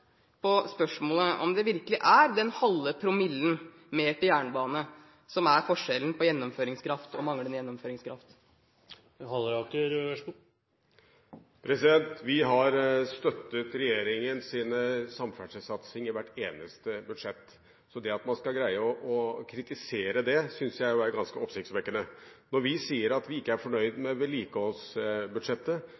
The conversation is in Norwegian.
på spørsmålet om det virkelig er den halve promillen mer til jernbane som er forskjellen på gjennomføringskraft og manglende gjennomføringskraft. Vi har støttet regjeringens samferdselssatsing i hvert eneste budsjett, så det at man klarer å kritisere det, syns jeg er ganske oppsiktsvekkende. Når vi sier at vi ikke er fornøyd